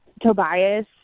Tobias